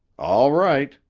all right,